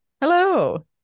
hello